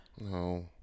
No